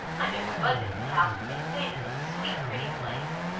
i never was at his house but they say it is a sweet pretty place.